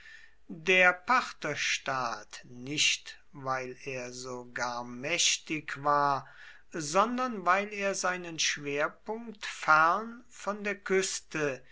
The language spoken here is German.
der partherstaat nicht weil er so gar mächtig war sondern weil er seinen schwerpunkt fern von der küste